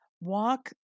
Walk